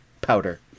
powder